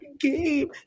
game